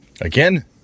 Again